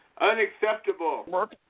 unacceptable